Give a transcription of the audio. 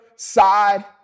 Side